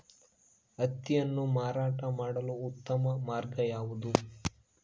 ಹತ್ತಿಯನ್ನು ಮಾರಾಟ ಮಾಡಲು ಉತ್ತಮ ಮಾರ್ಗ ಯಾವುದು?